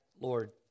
Lord